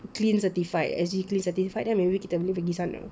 clean certified S_G clean certified then maybe kita boleh pergi sana